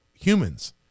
humans